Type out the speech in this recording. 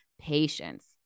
patience